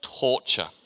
torture